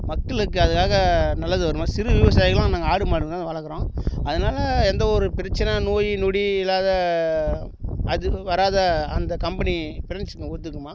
மக்களுக்கு அதுக்காக நல்லது வருமா சிறு விவசாயிகள்லாம் நாங்கள் ஆடு மாடு தான் வளக்கிறோம் அதனால் எந்த ஒரு பிரச்னை நோய் நொடி இல்லாம அது வராத அந்த கம்பெனி ஃப்ரெண்ட்ஸுங்க ஒத்துக்குமா